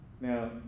Now